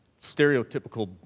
stereotypical